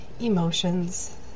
emotions